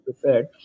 prepared